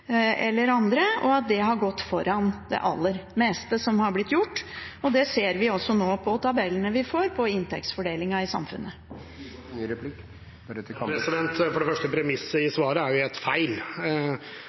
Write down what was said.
andre. Det har gått foran det aller meste som har blitt gjort. Det ser vi også nå i tabellene vi får over inntektsfordelingen i samfunnet. For det første: Premisset i